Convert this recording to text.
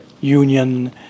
Union